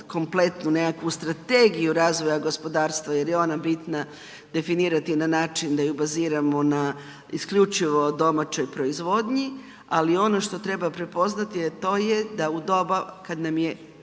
kompletnu nekakvu strategiju razvoja gospodarstva jer je ona bina definirati na način da ju baziramo na isključivo domaćoj proizvodnji, ali ono što treba prepoznati a to je da u doba kad nam je